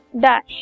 dash